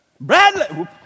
Bradley